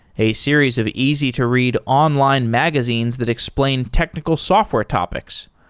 a series of easy to read online magazines that explain technical software topics.